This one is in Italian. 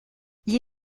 gli